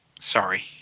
Sorry